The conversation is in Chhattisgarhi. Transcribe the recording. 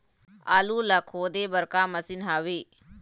आलू ला खोदे बर का मशीन हावे?